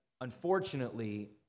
unfortunately